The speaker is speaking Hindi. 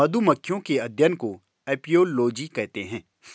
मधुमक्खियों के अध्ययन को अपियोलोजी कहते हैं